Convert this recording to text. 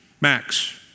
Max